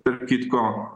tarp kitko